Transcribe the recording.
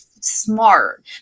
smart